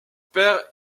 père